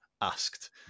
asked